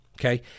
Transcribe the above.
okay